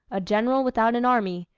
a general without an army,